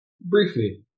briefly